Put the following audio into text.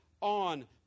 on